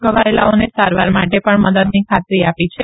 ઘવાયેલાઓને સારવાર માો પણ મદદની ખાતરી આપી છે